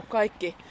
kaikki